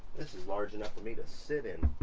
this is large enough for me to sit in.